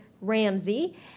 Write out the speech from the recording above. Ramsey